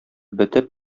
бетеп